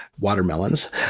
watermelons